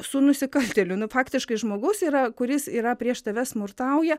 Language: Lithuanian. su nusikaltėliu nu faktiškai žmogus yra kuris yra prieš tave smurtauja